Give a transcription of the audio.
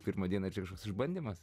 pirmą dieną čia kažkoks išbandymas